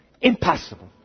Impossible